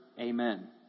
Amen